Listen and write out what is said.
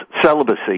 celibacy